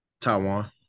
taiwan